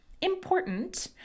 important